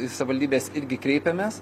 į savivaldybes irgi kreipėmės